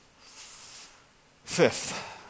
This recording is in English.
Fifth